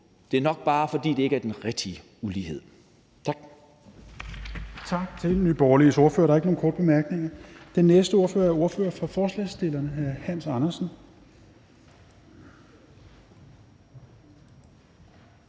Det er nok bare, fordi det ikke er den rigtige ulighed. Tak.